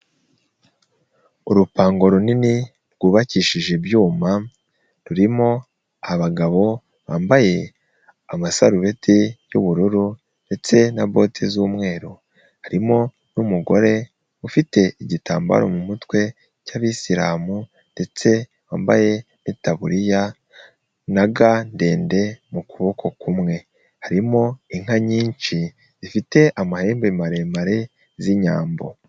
Urupango runini rwubakishije ibyuma, rurimo abagabo bambaye amasarubeti y'ubururu ndetse na boti z'umweru, harimo n'umugore ufite igitambaro mu mutwe cy'Abisilamu ndetse wambaye itaburiya na ga ndende mu kuboko kumwe, harimo inka nyinshi zifite amahembe maremare z'Inyambo.